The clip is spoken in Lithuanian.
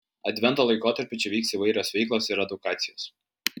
advento laikotarpiu čia vyks įvairios veiklos ir edukacijos